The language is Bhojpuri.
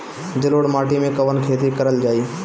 जलोढ़ माटी में कवन खेती करल जाई?